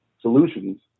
solutions